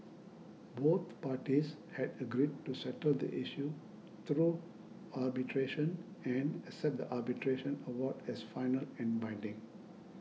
both parties had agreed to settle the issue through arbitration and accept the arbitration award as final and binding